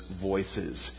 voices